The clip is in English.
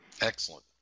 Excellent